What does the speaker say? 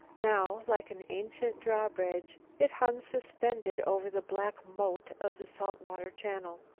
now, like an ancient drawbridge, it hung suspended over the black moat of the salt water channel.